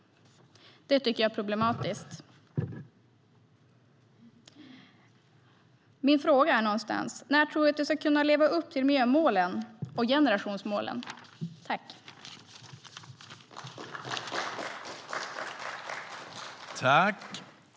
Det tycker jag är problematiskt.